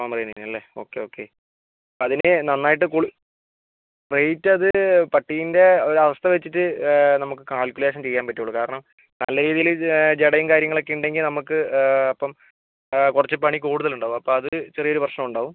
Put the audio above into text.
Pomeranian അല്ലേ okay okay അതിനെ നന്നായിട്ട് കുളി റേറ്റ് അത് പട്ടീൻ്റെ ഒരവസ്ഥ വെച്ചിട്ട് നമുക്ക് കാൽക്കുലേഷൻ ചെയ്യാൻ പറ്റുള്ളൂ കാരണം നല്ല രീതിയിൽ ജടയും കാര്യങ്ങളൊക്കെ ഉണ്ടെങ്കിൽ നമുക്ക് ഇപ്പം കുറച്ച് പണി കൂടുതലുണ്ടാവും അപ്പോൾ അത് ചെറിയൊരു പ്രശ്നമുണ്ടാവും